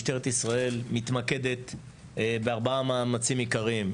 משטרת ישראל מתמקדת בארבעה מאמצים עיקריים.